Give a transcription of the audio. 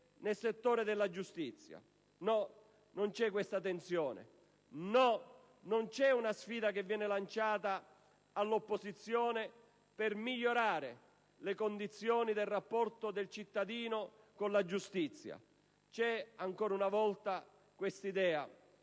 nel settore della giustizia. No, non c'è questa tensione. Non c'è una sfida lanciata all'opposizione per migliorare le condizioni del rapporto tra cittadino e giustizia. C'è ancora una volta l'idea